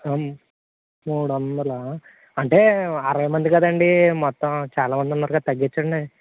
మూడొందలా అంటే అరవై మంది కదండీ మొత్తం చాలా మంది ఉన్నారు కదా తగ్గించండి